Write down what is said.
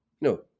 No